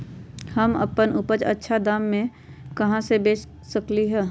हम अपन उपज अच्छा दाम पर कहाँ बेच सकीले ह?